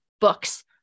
books